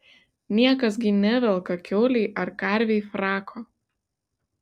niekas gi nevelka kiaulei ar karvei frako